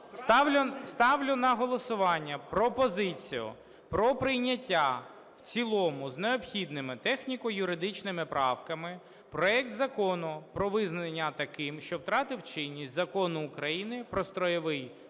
Ставлю на голосування пропозицію про прийняття в цілому з необхідними техніко-юридичними правками проекту Закону про визнання таким, що втратив чинність, Закону України "Про Стройовий статут